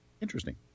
Interesting